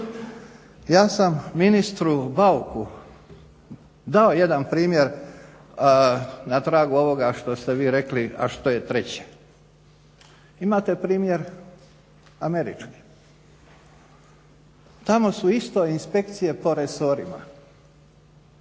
Ja sam ministru Bauku dao jedan primjer na tragu ovoga što ste vi rekli a što je treće. Imate primjer američki, tamo su isto inspekcije po resorima,